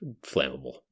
flammable